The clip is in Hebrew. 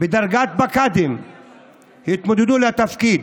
בדרגת פקד התמודדו לתפקיד.